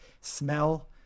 smell